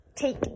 take